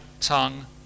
tongue